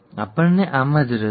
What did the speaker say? આપણને આમાં જ રસ છે